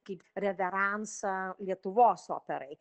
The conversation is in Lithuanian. kaip reveransą lietuvos operai